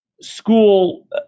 school